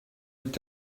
est